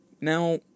Now